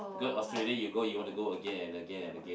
because Australia you go you want to go again and again and again